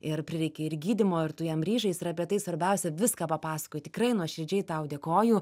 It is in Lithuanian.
ir prireikė ir gydymo ir tu jam ryžais ir apie tai svarbiausia viską papasakojai tikrai nuoširdžiai tau dėkoju